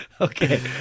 Okay